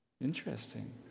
Interesting